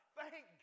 thank